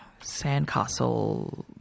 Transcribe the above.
Sandcastle